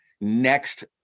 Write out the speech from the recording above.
next